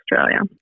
Australia